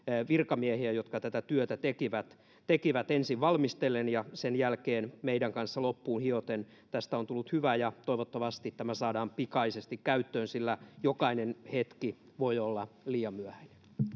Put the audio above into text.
virkamiehiä jotka tätä työtä tekivät tekivät ensin valmistellen ja sen jälkeen meidän kanssamme loppuun hioen tästä on tullut hyvä ja toivottavasti tämä saadaan pikaisesti käyttöön sillä jokainen hetki voi olla liian myöhäinen